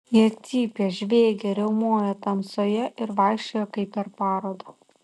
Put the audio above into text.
jie cypė žviegė riaumojo tamsoje ir vaikščiojo kaip per parodą